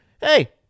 hey